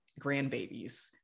grandbabies